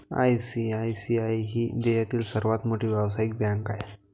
ICICI ही देशातील सर्वात मोठी व्यावसायिक बँक आहे